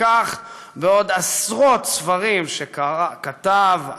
וכך עוד עשרות ספרים שכתב,